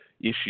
issue